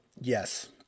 yes